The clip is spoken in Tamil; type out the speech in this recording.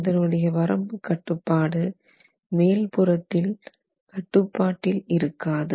இதனுடைய வரம்பு கட்டுப்பாடு மேல் புறத்தில் கட்டுப்பாட்டில் இருக்காது